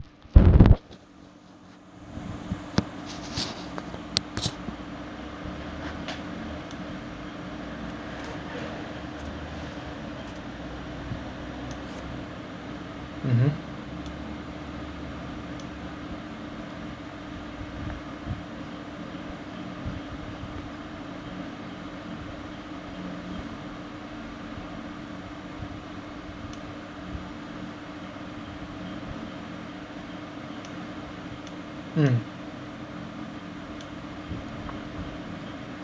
mmhmm mm